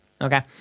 Okay